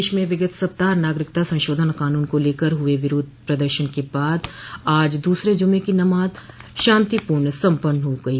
प्रदेश में विगत सप्ताह नागरिकता संशोधन कानून को लेकर हुए विरोध प्रदर्शन के बाद आज दूसरे जुमे की नमाज शांतिपूर्वक सम्पन्न हो गयी